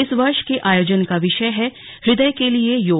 इस वर्ष के आयोजन का विषय है हृदय के लिए योग